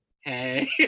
hey